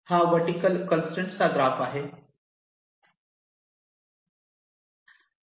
हा vertical constraint चा graph आहे